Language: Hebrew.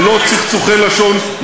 ללא צחצוחי לשון,